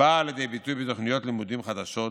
באה לידי ביטוי בתוכניות לימודים חדשות,